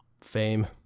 Fame